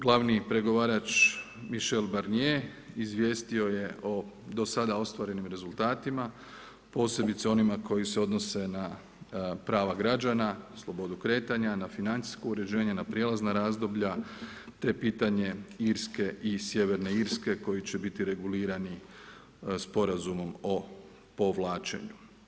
Glavni pregovarač Michel Burnier izvijestio je o do sada ostvarenim rezultatima, posebice onima koji se odnose na prava građana, slobodu kretanja, na financijsko uređenje, na prijelazna razdoblja, te pitanje Irske i Sjeverne Irske koji će biti regulirani sporazumom o povlačenju.